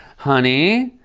honey,